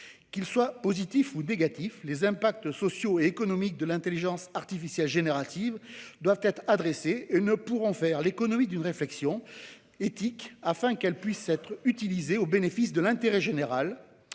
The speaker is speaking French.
Qu'ils soient positifs ou négatifs, les impacts sociaux et économiques de l'intelligence artificielle générative doivent être évalués. Nous ne pourrons pas faire l'économie d'une réflexion éthique, afin que cette technique puisse être utilisée au bénéfice de l'intérêt général.